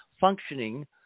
functioning